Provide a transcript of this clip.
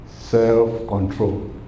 self-control